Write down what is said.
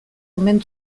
omen